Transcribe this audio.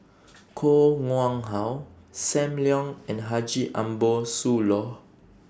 Koh Nguang How SAM Leong and Haji Ambo Sooloh